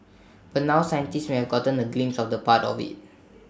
but now scientists may have gotten A glimpse of part of IT